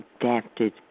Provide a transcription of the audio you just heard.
adapted